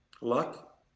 luck